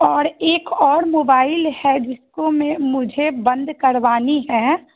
और एक और मोबाईल है जिसको मैं मुझे बंद करवानी है